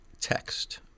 text